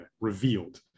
revealed